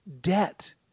debt